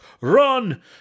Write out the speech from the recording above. run